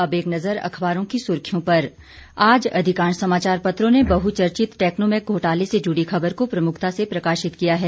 अब एक नजर अखबारों की सुर्खियों पर आज अधिकांश समाचार पत्रों ने बहुचर्चित टेक्नोमेक घोटाले से जुड़ी खबर को प्रमुखता से प्रकाशित किया है